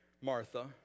Martha